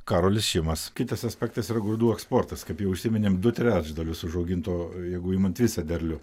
karolis šimas kitas aspektas yra grūdų eksportas kaip jau užsiminėm du trečdalius užauginto jeigu imant visą derlių